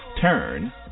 Turn